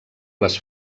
les